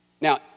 Now